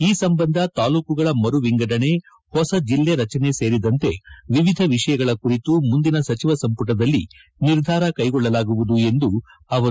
ಈ ಸಂಬಂಧ ತಾಲೂಕುಗಳ ಮರು ವಿಂಗಡಣೆ ಹೊಸ ಜಿಲ್ಲೆ ರಚನೆ ಸೇರಿದಂತೆ ವಿವಿಧ ವಿಷಯಗಳ ಕುರಿತು ಮುಂದಿನ ಸಚಿವ ಸಂಪುಟದಲ್ಲಿ ನಿರ್ಧಾರ ಕೈಗೊಳ್ಳಲಾಗುವುದು ಎಂದರು